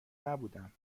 نبودم